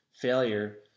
failure